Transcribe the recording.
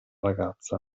ragazza